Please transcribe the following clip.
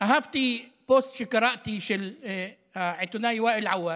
אהבתי פוסט שקראתי של העיתונאי וואאל עווד,